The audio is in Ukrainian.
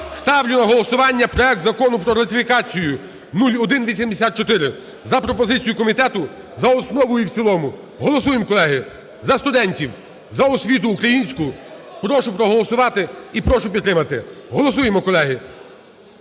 Ставлю на голосування проект Закону про ратифікацію 0184, за пропозицією комітету, за основу і в цілому. Голосуємо, колеги, за студентів, за освіту українську. Прошу проголосувати і прошу підтримати. Голосуємо, колеги.